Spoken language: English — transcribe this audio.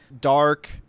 Dark